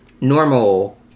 normal